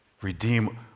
redeem